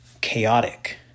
chaotic